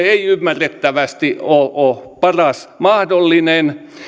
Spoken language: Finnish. ei ymmärrettävästi ole paras mahdollinen